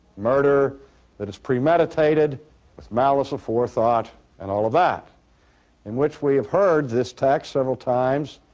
murder that is premeditated with malice aforethought and all of that in which we've heard this text several times,